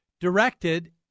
directed